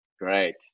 Great